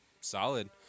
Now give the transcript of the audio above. solid